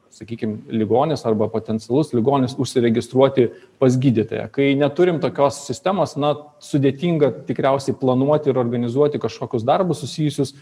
sakykim ligonis arba potencialus ligonis užsiregistruoti pas gydytoją kai neturim tokios sistemos na sudėtinga tikriausiai planuoti ir organizuoti kažkokius darbus susijusius